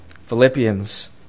Philippians